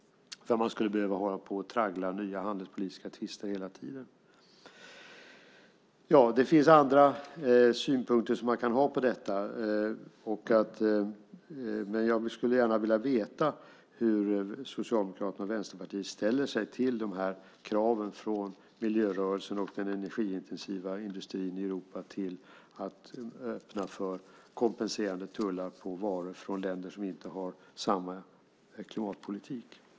Man skulle behöva traggla nya handelspolitiska tvister hela tiden. Det finns andra synpunkter som man kan ha på detta. Jag skulle gärna vilja veta hur Socialdemokraterna och Vänsterpartiet ställer sig till de här kraven från miljörörelsen och den energiintensiva industrin i Europa på att öppna för kompenserande tullar på varor från länder som inte har samma klimatpolitik.